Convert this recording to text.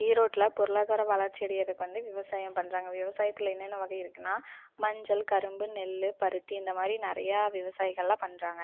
ஈரோட்டில பொருளாதார வளர்ச்சி அடைகிறதுக்கு வந்து விவசாயம் பண்ணுறாங்க விவசாயத்தில் என்னென்ன வகை இருக்குதுன்னா மஞ்சள் கரும்பு நெல் பருத்தி இந்த மாதிரி நிறையா விவசாயிகளெலாம் பண்ணுறாங்க